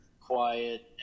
quiet